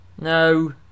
No